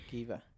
Kiva